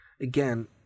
again